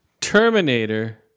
terminator